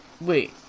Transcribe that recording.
Wait